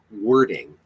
wording